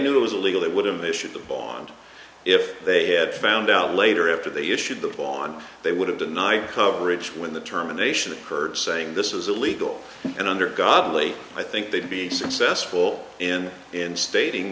knew it was illegal that would diminish the bond if they had found out later after they issued the bill on they would have denied coverage when the terminations occurred saying this is illegal and under god only i think they'd be successful in in stating